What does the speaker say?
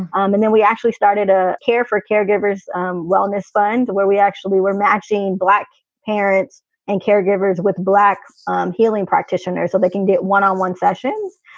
um and then we actually started a care for caregivers um wellness funds, where we actually were matching black parents and caregivers with black um healing practitioners so they can get one on one sessions.